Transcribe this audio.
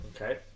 Okay